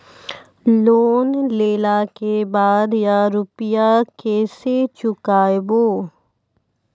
Loan लेला के बाद या रुपिया केसे चुकायाबो?